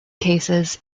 cases